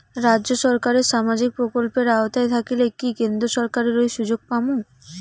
রাজ্য সরকারের সামাজিক প্রকল্পের আওতায় থাকিলে কি কেন্দ্র সরকারের ওই সুযোগ পামু?